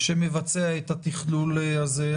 שמבצע את התכלול הזה,